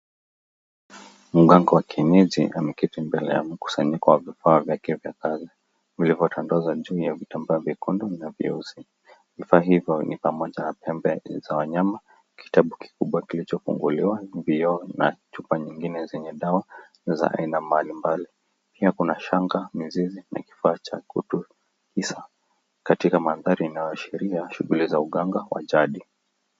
Mganga wa kienyeji ameketi mbele ya mkusanyiko wa vifaa vyake vya kazi, vilivyotandazwa juu ya vitambaa vyekundu na vyeusi. Vifaa hivyo ni pamoja na pembe za wanyama, kitabu kikubwa kilichofunguliwa, vioo, na chupa nyingine zenye dawa za aina mbalimbali. Pia kuna shanga, mizizi na kifaa cha kutu kisa, katika mandhari inayoashiria shughuli za uganga wa jadi.